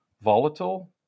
volatile